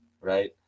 right